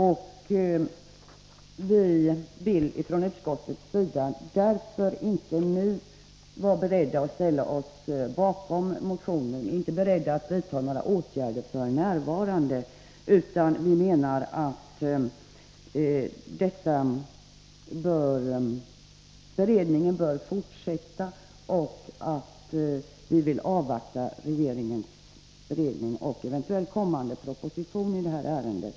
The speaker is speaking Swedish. Vi är därför från utskottets sida inte nu beredda att ställa oss bakom motionen — vi är inte beredda att vidta några åtgärder —, utan vi menar att beredningen bör fortsätta, och vi vill avvakta regeringens beredning och eventuellt kommande proposition i detta ärende.